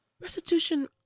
Restitution